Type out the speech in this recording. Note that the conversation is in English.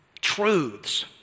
truths